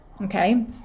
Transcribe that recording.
okay